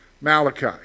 Malachi